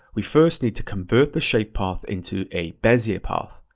we first need to convert the shape path into a bezier path.